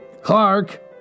Clark